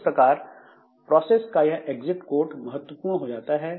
इस प्रकार प्रोसेस का यह एग्जिट कोड महत्वपूर्ण हो जाता है